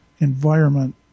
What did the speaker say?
environment